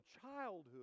childhood